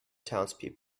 townspeople